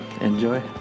enjoy